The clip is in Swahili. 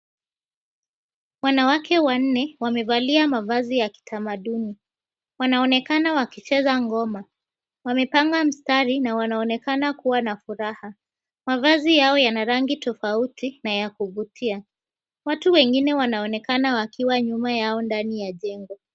Wanawake wanne wamevalia mavazi ya kitamaduni, wanaonekana wakicheza ngoma, wamepanga mstari na wanaonekana kuwa na furaha, mavazi yao yana rangi tofauti na ya kuvutia. Watu wengine wanaonekana wakiwa nyuma yao ndani ya jengo.